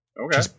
Okay